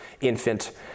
Infant